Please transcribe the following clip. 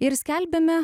ir skelbiame